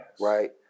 right